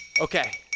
Okay